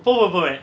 pull over where